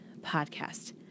podcast